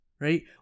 right